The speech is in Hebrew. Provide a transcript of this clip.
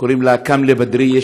קוראים לה כאמלה בדריה,